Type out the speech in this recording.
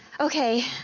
Okay